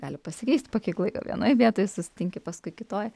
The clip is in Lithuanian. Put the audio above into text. gali pasikeist po kiek laiko vietoj susitinki paskui kitoj